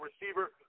receiver